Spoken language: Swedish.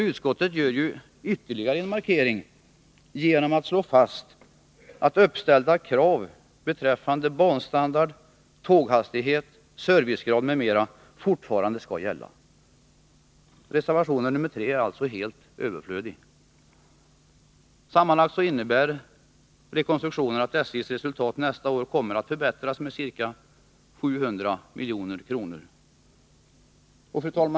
Utskottet gör ju ytterligare en markering genom att slå fast att uppställda krav beträffande banstandard, tåghastighet, servicegrad m.m. fortfarande skall gälla. Reservationen 3 är alltså helt överflödig. Sammanlagt innebär rekonstruktionen att SJ:s resultat nästa år kommer att förbättras med ca 700 milj.kr.